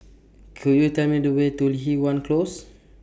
Could YOU Tell Me The Way to Li Hwan Close